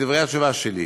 בדברי התשובה שלי,